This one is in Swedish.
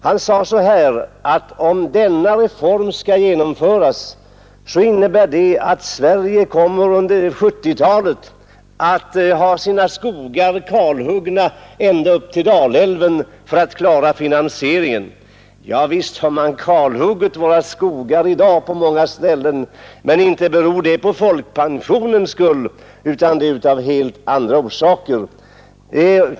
Han spådde då att vi, om reformen infördes, på 1970-talet skulle ha kalhuggit våra skogar ända upp till Dalälven för att klara finansieringen. Visst har man kalhuggit våra skogar på många ställen, men inte beror det på folkpensionen, utan det har man gjort av helt andra skäl.